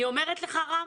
אני אומרת לך רם,